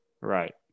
Right